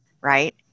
right